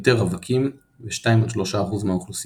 יותר רווקים ו2-3% מהאוכלוסיה.